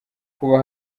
kuba